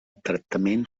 tractament